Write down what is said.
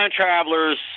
Travelers